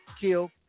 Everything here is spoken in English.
kill